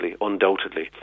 undoubtedly